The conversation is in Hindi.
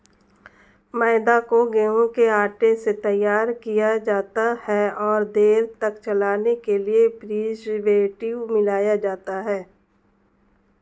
मैदा को गेंहूँ के आटे से तैयार किया जाता है और देर तक चलने के लिए प्रीजर्वेटिव मिलाया जाता है